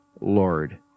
Lord